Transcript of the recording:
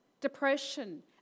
depression